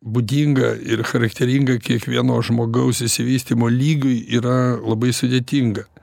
būdinga ir charakteringa kiekvieno žmogaus išsivystymo lygiui yra labai sudėtinga